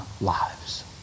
lives